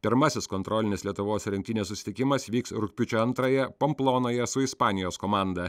pirmasis kontrolinis lietuvos rinktinės susitikimas vyks rugpjūčio antrąją pomplonoje su ispanijos komanda